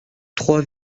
trois